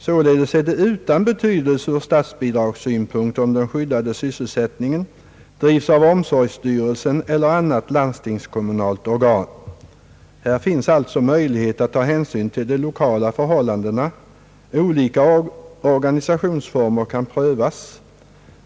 Således är det utan betydelse ur statsbidragssynpunkt om den skyddade sysselsättningen drivs av omsorgsstyrelsen eller annat landstingskommunalt organ. Här finns alltså möjlighet att ta hänsyn till de lokala förhållandena. Olika organisationsformer kan prövas.